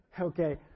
Okay